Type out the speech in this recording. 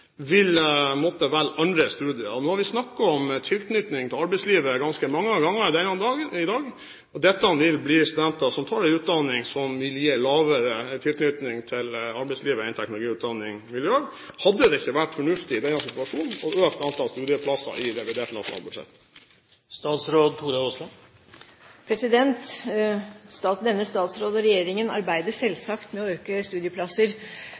vil måtte velge andre studier. Nå har vi snakket om tilknytning til arbeidslivet ganske mange ganger i dag, og dette vil være studenter som tar en utdanning som vil gi lavere tilknytning til arbeidslivet enn teknologiutdanning vil gjøre. Hadde det ikke vært fornuftig i denne situasjonen å øke antallet studieplasser i revidert nasjonalbudsjett? Denne statsråden og regjeringen arbeider selvsagt med å øke antall studieplasser.